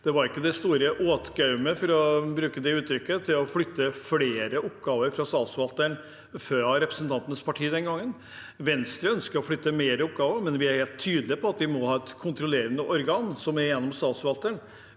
å bruke det uttrykket, mot å flytte flere oppgaver fra Statsforvalteren fra representantens parti den gangen. Venstre ønsker å flytte flere oppgaver, men vi er helt tydelige på at vi må ha et kontrollerende organ gjennom Statsforvalteren.